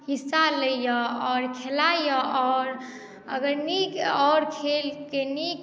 हिस्सा लैए आओर खेलाइए आओर अगर नीक आओर खेलके नीक